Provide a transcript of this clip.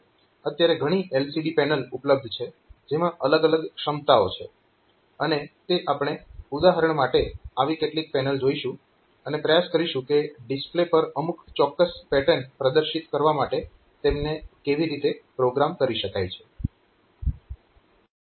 અત્યારે ઘણી LCD panel ઉપલબ્ધ છે જેમાં અલગ અલગ ક્ષમતાઓ છે અને તે આપણે ઉદાહરણ માટે આવી કેટલીક પેનલ જોઈશું અને પ્રયાસ કરીશું કે ડિસ્પ્લે પર અમુક ચોક્કસ પેટર્ન પ્રદર્શિત કરવા માટે તેમને કેવી રીતે પ્રોગ્રામ કરી શકાય છે